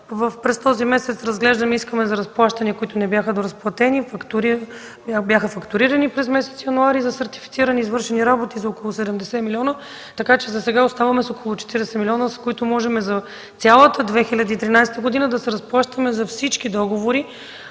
През този месец разглеждаме искания за разплащане, които не бяха доразплатени, а бяха фактурирани през месец януари за сертифицирани извършени работи за около 70 млн. лв. Засега оставаме с около 40 млн. лв., с които можем за цялата 2013 г. да се разплащаме за всички договори,